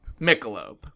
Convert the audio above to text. Michelob